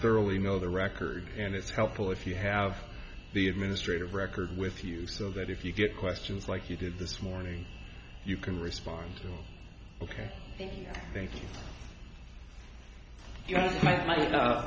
thoroughly know the record and it's helpful if you have the administrative record with you so that if you get questions like you did this morning you can respond ok thank you